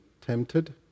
tempted